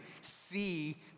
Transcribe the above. see